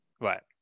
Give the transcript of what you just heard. right